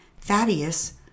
Thaddeus